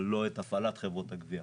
אבל לא את הפעלת חברות הגבייה.